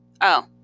Oh